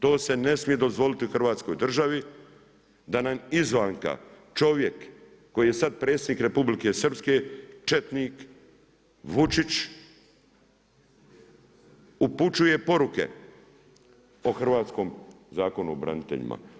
To se ne smije dozvoliti u Hrvatskoj državi da nam izvanka čovjek koji je sada predsjednik Republike Srpske, četnik, Vučić upućuje poruke o hrvatskom Zakonu o braniteljima.